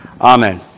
Amen